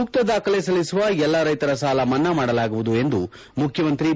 ಸೂಕ್ತ ದಾಖಲೆ ಸಲ್ಲಿಸುವ ಎಲ್ಲಾ ರೈತರ ಸಾಲಮನ್ವಾ ಮಾಡಲಾಗುವುದು ಎಂದು ಮುಖ್ಯಮಂತ್ರಿ ಬಿ